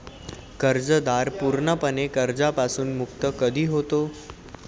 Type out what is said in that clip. कर्जदार पूर्णपणे कर्जापासून मुक्त कधी होतो?